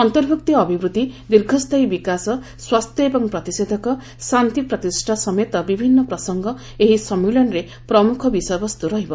ଅନ୍ତର୍ଭୁକ୍ତି ଅଭିବୃଦ୍ଧି ଦୀର୍ଘସ୍ଥାୟୀ ବିକାଶ ସ୍ୱାସ୍ଥ୍ୟ ଏବଂ ପ୍ରତିଷେଧକ ଶାନ୍ତି ପ୍ରତିଷ୍ଠା ସମେତ ବିଭିନ୍ନ ପ୍ରସଙ୍ଗ ଏହି ସମ୍ମିଳନୀରେ ପ୍ରମୁଖ ବିଷୟବସ୍ତୁ ରହିବ